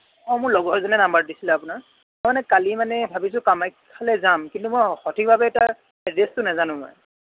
অঁ মোৰ লগৰ এজনে নম্বৰ দিছিল আপোনাৰ মই মানে কালি মানে ভাবিছোঁ কামাখ্যালৈ যাম কিন্তু মই সঠিকভাৱে এতিয়া এড্ৰেছটো নাজানোঁ মই